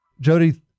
Jody